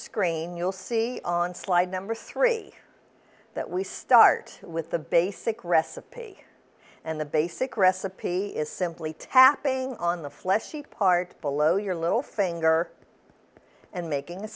screen you'll see on slide number three that we start with the basic recipe and the basic recipe is simply tapping on the fleshy part below your little finger and making a